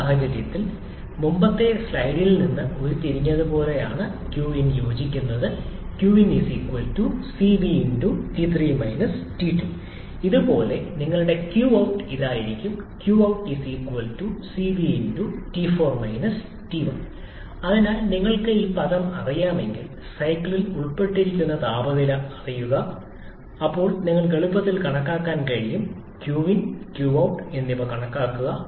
ഈ സാഹചര്യത്തിൽ മുമ്പത്തെ സ്ലൈഡിൽ നിന്ന് ഉരുത്തിരിഞ്ഞതുപോലെയാണ് qin യോജിക്കുന്നത് 𝑞𝑖𝑛 𝑐𝑣𝑇3 − 𝑇2 അതുപോലെ നിങ്ങളുടെ qout ഇതായിരിക്കും 𝑞𝑜𝑢𝑡 𝑐𝑣𝑇4 − 𝑇1 അതിനാൽ നിങ്ങൾക്ക് ഈ പദം അറിയാമെങ്കിൽ സൈക്കിളിൽ ഉൾപ്പെട്ടിരിക്കുന്ന താപനില അറിയുക അപ്പോൾ നിങ്ങൾക്ക് എളുപ്പത്തിൽ കഴിയും qin qout എന്നിവ കണക്കാക്കുക